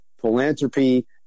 philanthropy